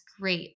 great